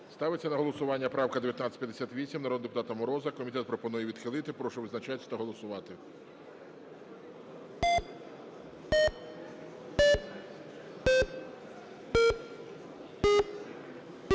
Ставиться на голосування правка 1958 народного депутата Мороза. Комітет пропонує відхилити. Прошу визначатись та голосувати.